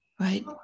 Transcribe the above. right